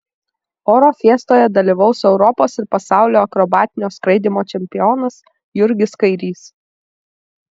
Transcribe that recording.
oro fiestoje dalyvaus europos ir pasaulio akrobatinio skraidymo čempionas jurgis kairys